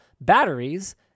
batteries